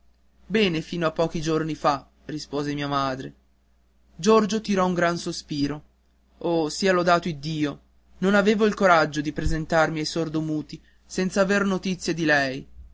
bene fino a pochi giorni fa rispose mia madre giorgio tirò un gran sospiro oh sia lodato iddio non avevo il coraggio di presentarmi ai sordomuti senz'aver notizie da lei